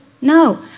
No